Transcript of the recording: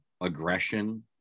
aggression